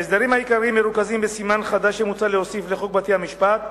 ההסדרים העיקריים מרוכזים בסימן חדש שמוצע להוסיף לחוק בתי-המשפט,